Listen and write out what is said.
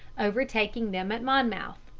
overtaking them at monmouth.